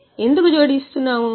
వాటిని ఎందుకు జోడించాము